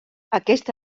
aquest